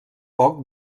poc